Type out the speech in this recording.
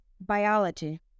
biology